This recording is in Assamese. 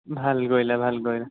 ভাল কৰিলা ভাল কৰিলা